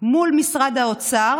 מול משרד האוצר